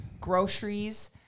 groceries